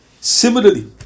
Similarly